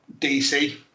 DC